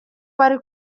bari